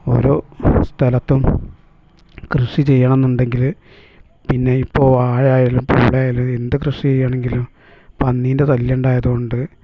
ഓരോ സ്ഥലത്തും കൃഷി ചെയ്യണമെന്നുണ്ടെങ്കിൽ പിന്നെ ഇപ്പോൾ വാഴയായാലും പൂടായാലും എന്തു കൃഷി ചെയ്യണമെന്നുണ്ടെങ്കിലും പന്നീൻ്റെ ശല്യം ഉണ്ടായതു കൊണ്ട്